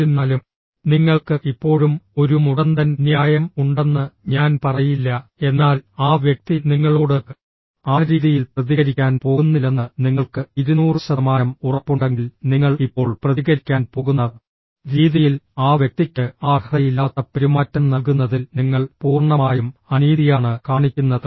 എന്നിരുന്നാലും നിങ്ങൾക്ക് ഇപ്പോഴും ഒരു മുടന്തൻ ന്യായം ഉണ്ടെന്ന് ഞാൻ പറയില്ല എന്നാൽ ആ വ്യക്തി നിങ്ങളോട് ആ രീതിയിൽ പ്രതികരിക്കാൻ പോകുന്നില്ലെന്ന് നിങ്ങൾക്ക് 200 ശതമാനം ഉറപ്പുണ്ടെങ്കിൽ നിങ്ങൾ ഇപ്പോൾ പ്രതികരിക്കാൻ പോകുന്ന രീതിയിൽ ആ വ്യക്തിക്ക് ആ അർഹതയില്ലാത്ത പെരുമാറ്റം നൽകുന്നതിൽ നിങ്ങൾ പൂർണ്ണമായും അനീതിയാണ് കാണിക്കുന്നത്